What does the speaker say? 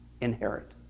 inherit